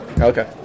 Okay